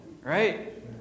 Right